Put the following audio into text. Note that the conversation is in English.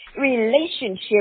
Relationship